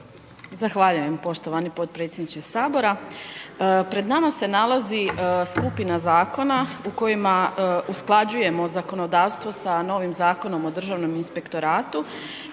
Zahvaljujem poštovani potpredsjedniče Sabora. Pred nama se nalazi skupina zakona u kojima usklađujemo zakonodavstvo sa novim Zakonom o Državnom inspektoratu